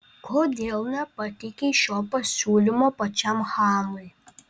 kodėl nepateikei šio pasiūlymo pačiam chanui